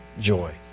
joy